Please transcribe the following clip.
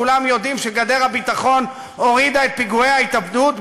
כולם יודעים שגדר הביטחון הורידה את פיגועי ההתאבדות ב-100%.